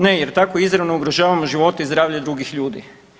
Ne, jer tako izravno ugrožavamo živote i zdravlje drugih ljudi.